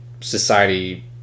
society